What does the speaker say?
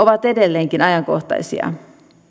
ovat edelleenkin ajankohtaisia